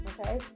okay